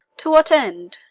to what end?